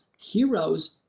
heroes